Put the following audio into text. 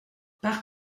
par